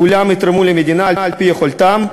כולם יתרמו למדינה על-פי יכולתם,